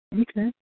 Okay